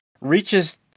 reaches